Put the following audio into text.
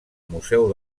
museu